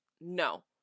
No